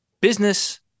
business